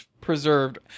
preserved